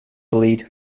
bleed